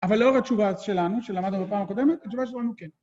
אבל לאור התשובה שלנו, שלמדנו בפעם הקודמת, התשובה שלנו כן.